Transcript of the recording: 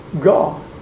God